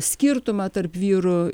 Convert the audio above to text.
skirtumą tarp vyrų